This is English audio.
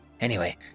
Anyway